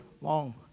long